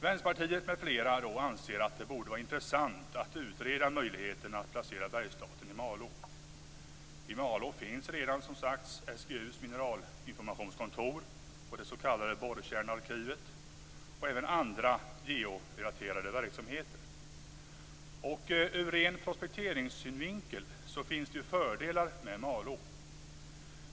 Vänsterpartiet m.fl. anser att det borde vara intressant att utreda möjligheterna att placera Bergsstaten i Malå. Där finns redan som sagt SGU:s mineralinformationskontor, det s.k. borrkärnearkivet och även andra georelaterade verksamheter. Ur ren prospekteringssynvinkel finns det fördelar med Malå.